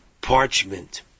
parchment